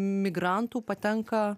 migrantų patenka